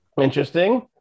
Interesting